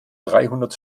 dreihundert